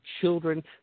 children